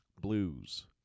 blues